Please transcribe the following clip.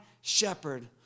shepherd